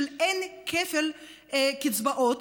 שאין כפל קצבאות,